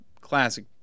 classic